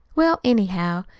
well, anyhow,